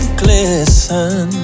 glisten